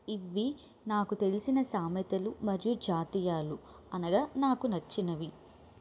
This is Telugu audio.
ఇవి నాకు తెలిసిన సామెతలు మరియు జాతీయాలు అనగా నాకు నచ్చినవి